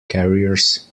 carriers